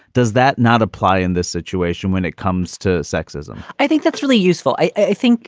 does that not apply in this situation when it comes to sexism? i think that's really useful. i think